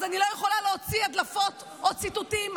אז אני לא יכולה להוציא הדלפות או ציטוטים.